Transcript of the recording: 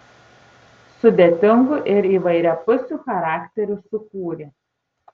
sudėtingų ir įvairiapusių charakterių sukūrė